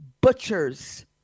butchers